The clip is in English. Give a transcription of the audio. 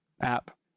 app